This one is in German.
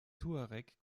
tuareg